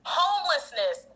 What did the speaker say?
homelessness